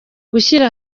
gushyira